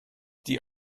die